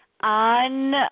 on